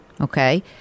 Okay